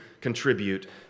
contribute